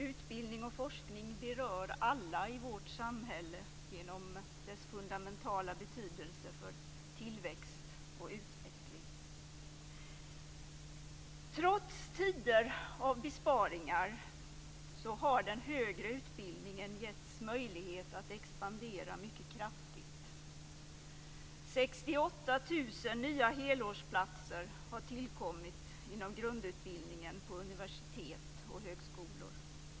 Utbildning och forskning berör alla i vårt samhälle genom dess fundamentala betydelse för tillväxt och utveckling. Trots tider av besparingar har den högre utbildningen getts möjlighet att expandera mycket kraftigt. 68 000 nya helårsplatser har tillkommit inom grundutbildningen vid universitet och högskolor.